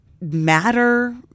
matter